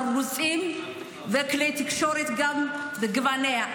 ערוצים וכלי תקשורת לגווניה,